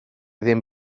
ddim